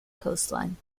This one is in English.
coastline